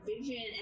vision